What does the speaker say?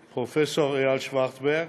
פרופ' אייל שוורצברג,